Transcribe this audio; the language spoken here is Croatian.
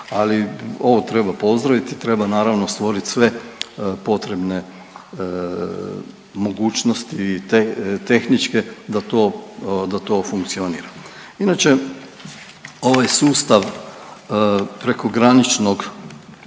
ali ovo treba pozdraviti i treba naravno stvorit sve potrebne mogućnosti tehničke da to, da to funkcionira. Inače ovaj sustav prekograničnog